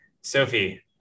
sophie